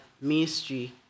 mystery